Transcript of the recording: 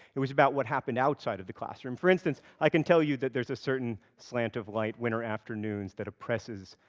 it was about what happened outside of the classroom. for instance, i can tell you that, there's a certain slant of light, winter afternoons, that oppresses,